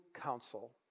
Council